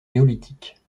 néolithique